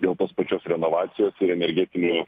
dėl tos pačios renovacijos ir energetinių